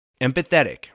empathetic